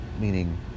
meaning